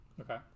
Okay